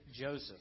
Joseph